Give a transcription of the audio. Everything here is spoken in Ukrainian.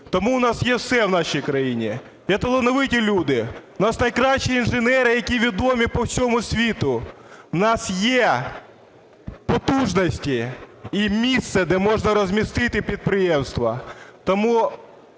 Тому у нас є все в нашій країні: є талановиті люди, в нас найкращі інженери, які відомі по всьому світу, в нас є потужності і місце, де можна розмістити підприємства.